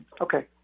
Okay